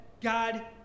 God